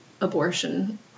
abortion